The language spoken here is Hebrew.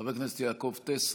חבר הכנסת יעקב טסלר,